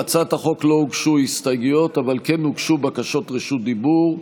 להצעת החוק לא הוגשו הסתייגויות אבל כן הוגשו בקשות רשות דיבור.